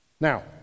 Now